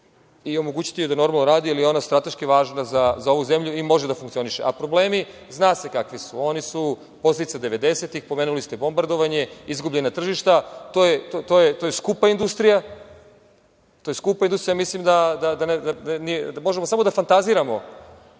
i omogućiti joj da normalno radi, jer je ona strateški važna za ovu zemlju i može da funkcioniše. Problemi, zna se kakvi su. Oni su posledica 90-ih, pomenuli ste bombardovanje, izgubljena tržišta. To je skupa industrija. Možemo samo da fantaziramo